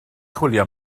chwilio